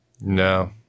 No